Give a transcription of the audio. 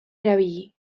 erabili